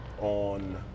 on